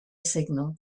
signal